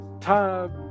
time